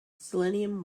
selenium